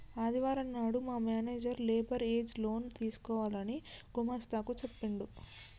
ఆదివారం నాడు మా మేనేజర్ లేబర్ ఏజ్ లోన్ తీసుకోవాలని గుమస్తా కు చెప్పిండు